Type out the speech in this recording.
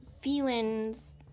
feelings